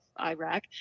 Iraq